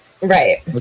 Right